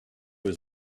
his